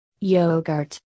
Yogurt